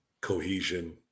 cohesion